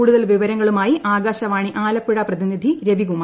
കൂടുതൽ വിവരങ്ങളുമായി ആകാശവാണി ആലപ്പുഴ പ്രതിനിധി രവികുമാർ